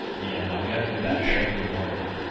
yeah, and we have to do that every morning.